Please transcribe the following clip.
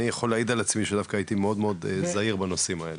אני יכול להעיד על עצמי שדווקא הייתי זהיר מאוד בנושאים האלה.